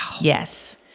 Yes